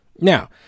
Now